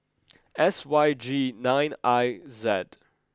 S Y G nine I Z